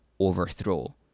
overthrow